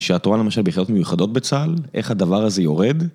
שאת רואה למשל ביחידות מיוחדות בצהל, איך הדבר הזה יורד -